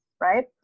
right